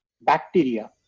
bacteria